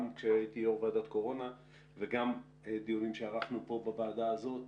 גם כשהייתי יו"ר ועדת קורונה וגם פה בוועדה הזאת,